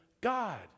God